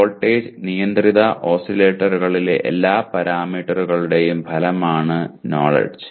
voltage നിയന്ത്രിത ഓസിലേറ്ററുകളിലെ എല്ലാ പാരാമീറ്ററുകളുടെയും ഫലമാണ് നോലെഡ്ജ്